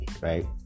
right